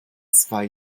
zwei